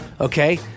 okay